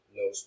no